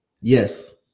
Yes